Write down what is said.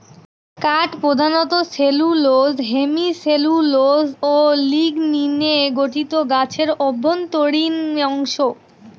কাঠ প্রধানত cellulose hemicellulose ও লিগনিনে গঠিত গাছের অভ্যন্তরীণ অংশ